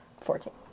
fourteen